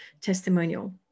testimonial